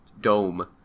dome